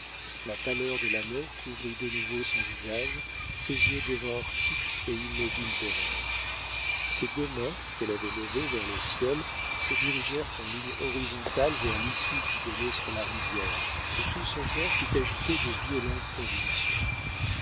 la pâleur de la mort couvrit de nouveau son visage ses yeux devinrent fixes et immobiles d'horreur ses deux mains qu'elle avait levées vers le ciel se dirigèrent en ligne horizontale vers l'issue qui donnait sur la rivière et tout son corps fut agité de violentes convulsions